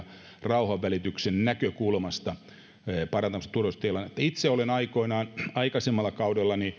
rauhanvälityksen näkökulmasta ja ollut parantamassa turvallisuustilannetta itse olen aikoinaan aikaisemmalla kaudellani